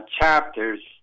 chapters